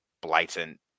blatant